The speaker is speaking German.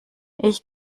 ich